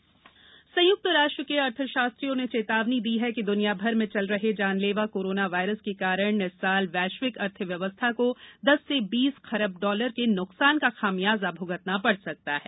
corona संयुक्त राष्ट्र के अर्थशास्त्रियों ने चेतावनी दी है कि द्नियाभर में चल रहे जानलेवा कोरोना वायरस के कारण इस साल वैश्विक अर्थव्यवस्था को दस से बीस खरब डॉलर के नुकसान का खामियाजा भुगतना पड़ सकता है